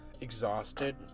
exhausted